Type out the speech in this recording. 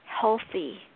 healthy